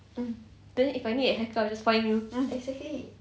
then if I need a hacker I just find you